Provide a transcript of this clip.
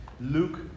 Luke